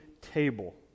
table